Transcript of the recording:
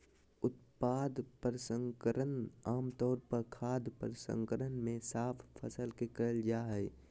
उत्पाद प्रसंस्करण आम तौर पर खाद्य प्रसंस्करण मे साफ फसल के करल जा हई